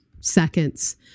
seconds